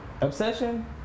Obsession